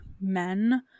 men